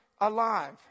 alive